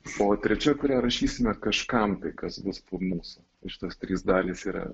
o trečia kurią rašysime kažkam tai kas bus po mūsų ir šitos trys dalys yra